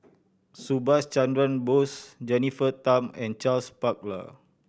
Subhas Chandra Bose Jennifer Tham and Charles Paglar